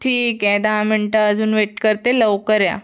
ठिक आहे दहा मिंट अजून वेट करते लवकर या